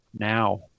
Now